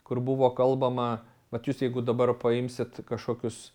kur buvo kalbama vat jūs jeigu dabar paimsit kažkokius